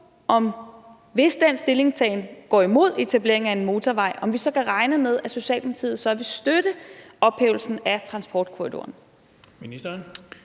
så, hvis den stillingtagen går imod etableringen af en motorvej, kan regne med, at Socialdemokratiet vil støtte ophævelsen af transportkorridoren. Kl.